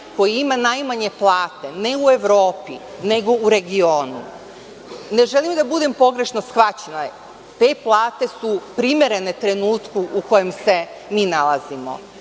koji ima najmanje plate ne u Evropi, nego u regionu. Ne želim da budem pogrešno shvaćena, te plate su primerene trenutku u kojem se mi nalazimo. Takođe,